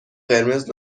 قرمز